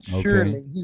surely